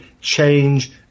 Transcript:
change